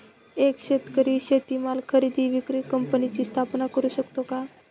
एक शेतकरी शेतीमाल खरेदी विक्री कंपनीची स्थापना करु शकतो का?